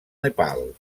nepal